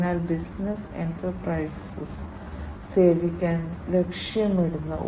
അതിനാൽ ഞങ്ങൾക്ക് മൂന്ന് വ്യത്യസ്ത തരം സെൻസറുകൾ ഉണ്ട് ഇവയുടെ സാമ്പിളുകൾ നിങ്ങൾക്ക് കാണിക്കാൻ ഞാൻ ആഗ്രഹിച്ചു